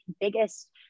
biggest